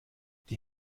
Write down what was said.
die